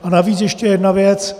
A navíc ještě jedna věc.